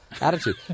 attitude